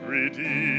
Redeemed